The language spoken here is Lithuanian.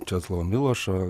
česlovą milošą